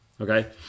Okay